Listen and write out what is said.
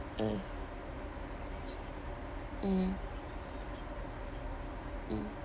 mm mmhmm mm